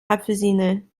apfelsine